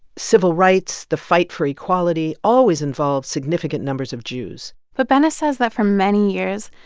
civil rights, the fight for equality always involves significant numbers of jews but bennis says that, for many years,